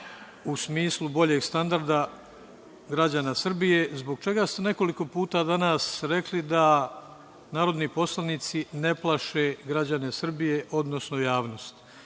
u smislu boljeg standarda građana Srbije, zbog čega ste nekoliko puta danas rekli da narodni poslanici ne plaše građane Srbije, odnosno javnost? Verujte